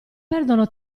perdono